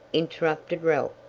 interrupted ralph.